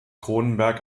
cronenberg